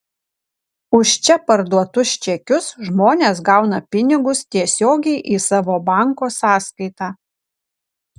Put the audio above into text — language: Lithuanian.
už čia parduotus čekius žmonės gauna pinigus tiesiogiai į savo banko sąskaitą